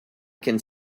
can